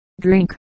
drink